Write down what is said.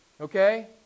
Okay